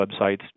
websites